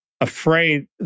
afraid